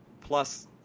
plus